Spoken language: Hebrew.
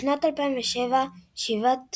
בשנת 2007, שבעת